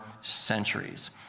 centuries